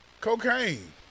Cocaine